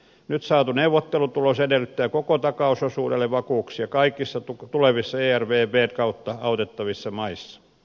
nyt saatu neuvottelutulos edellyttää koko takausosuudelle vakuuksia kaikissa tulevissa ervvn kautta autettavissa maissa